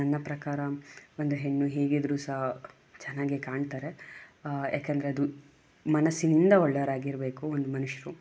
ನನ್ನ ಪ್ರಕಾರ ಒಂದು ಹೆಣ್ಣು ಹೇಗಿದ್ದರೂ ಸಹ ಚೆನ್ನಾಗೇ ಕಾಣ್ತಾರೆ ಯಾಕೆಂದರೆ ಅದು ಮನಸ್ಸಿನಿಂದ ಒಳ್ಳೆಯವರಾಗಿರಬೇಕು ಒಂದು ಮನುಷ್ಯರು